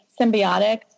symbiotic